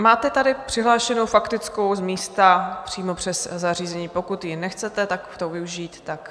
Máte tady přihlášenou faktickou z místa, přímo přes zařízení, pokud jí nechcete využít, tak...